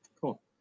Cool